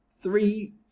Three